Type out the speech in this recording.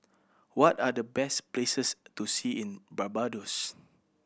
what are the best places to see in Barbados